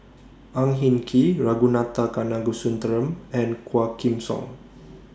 Ang Hin Kee Ragunathar Kanagasuntheram and Quah Kim Song